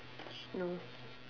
no